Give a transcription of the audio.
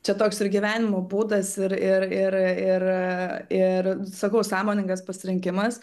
čia toks ir gyvenimo būdas ir ir ir ir ir sakau sąmoningas pasirinkimas